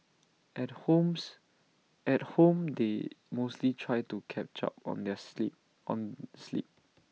at homes at home they mostly try to catch up on the sleep on sleep